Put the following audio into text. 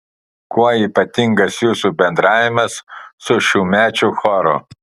kuo ypatingas jūsų bendravimas su šiųmečiu choru